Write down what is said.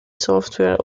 software